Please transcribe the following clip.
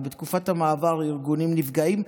ובתקופת המעבר ארגונים נפגעים.